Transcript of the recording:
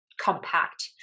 compact